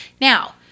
Now